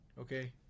Okay